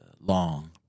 long